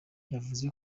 yavuze